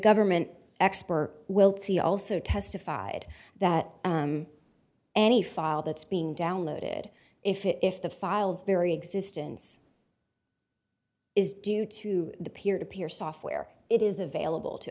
government expert will see also testified that any file that's being downloaded if it if the files very existence is due to the peer to peer software it is available to